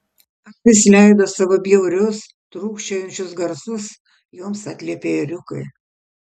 avys leido savo bjaurius trūkčiojančius garsus joms atliepė ėriukai